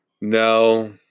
no